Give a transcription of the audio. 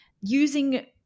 Using